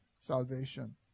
salvation